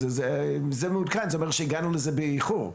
זה אומר שהגענו לזה באיחור.